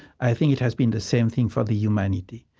i think it has been the same thing for the humanity.